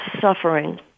suffering